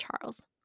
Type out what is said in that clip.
Charles